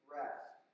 rest